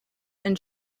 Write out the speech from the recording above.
and